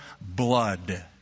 blood